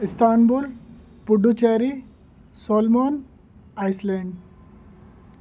Istanbul Puducherry سوللمان Iceland